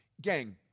Gang